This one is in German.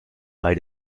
bei